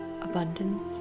Abundance